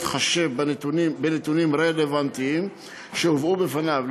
התחשב בנתונים רלוונטיים שהובאו בפניו.